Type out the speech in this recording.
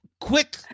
quick